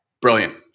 brilliant